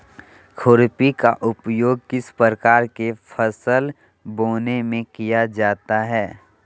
खुरपी का उपयोग किस प्रकार के फसल बोने में किया जाता है?